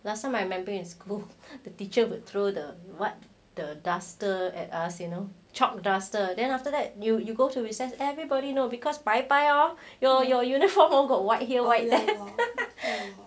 last time I remember in school the teacher would throw the what the duster at us you know chalk duster then after that you go recess everybody know because 白白 or your your uniform all got white here